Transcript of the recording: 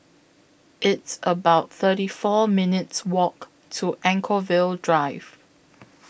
It's about thirty four minutes' Walk to Anchorvale Drive